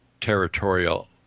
territorial